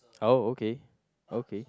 oh okay okay